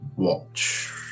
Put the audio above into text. watch